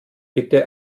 bitte